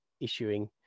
issuing